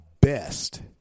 best